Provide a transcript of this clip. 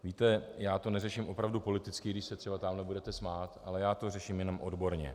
Víte, já to neřeším opravdu politicky, i když se třeba budete smát, ale já to řeším jenom odborně.